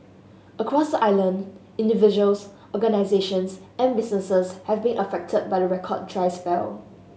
across the island individuals organisations and businesses have been affected by the record try spell